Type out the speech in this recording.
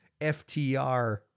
FTR